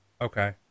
Okay